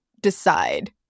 decide